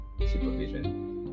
supervision